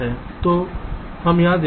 तो हम यहां देखते हैं